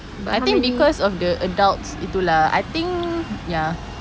but I think because of the adults itu lah I think ya